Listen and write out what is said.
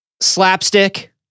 slapstick